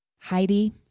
Heidi